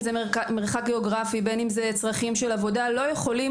אם זה מרחק גיאוגרפי או צרכים של עבודה לא יכולים